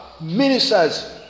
ministers